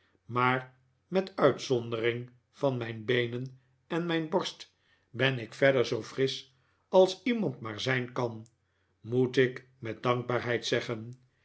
maar met uitzondering van mijn beenen en mijn borst ben ik verder zoo frisch als iemand maar zijn kan moet ik met dankbaarheid zeggen